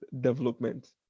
development